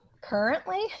Currently